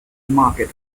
market